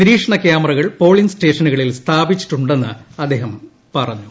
നിരീ ക്ഷണ ക്യാമറകൾ പോളിംഗ് സ്റ്റേഷ്യന്റുകളിൽ സ്ഥാപിച്ചിട്ടുണ്ടെന്ന് അദ്ദേഹം പറഞ്ഞു